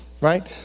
right